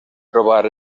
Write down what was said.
trobar